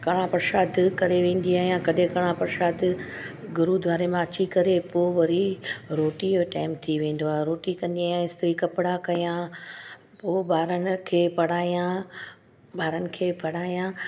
कड़ाह प्रशाद करे वेंदी आहियां कॾहिं कड़ाह प्रशाद गुरुद्वारे मां अची करे पोइ वरी रोटीअ जो टाइम थी वेंदो आहे रोटी कंदी आहियां इस्त्री कपिड़ा कयां पोइ ॿारनि खे पढ़ायां ॿारनि खे पढ़ायां